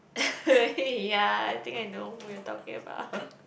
ya I think I know who you are talking about